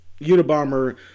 Unabomber